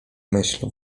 myśl